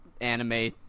anime